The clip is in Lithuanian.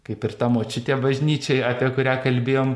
kaip ir ta močiutė bažnyčioj apie kurią kalbėjom